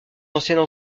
ancienne